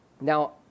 Now